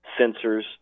sensors